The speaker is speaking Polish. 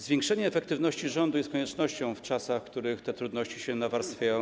Zwiększenie efektywności rządu jest koniecznością w czasach, w których te trudności się nawarstwiają.